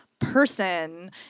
Person